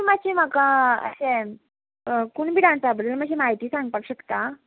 मात्शें म्हाका अशें कुणबी डांसा बद्दल मात्शी म्हायती सांगपाक शकता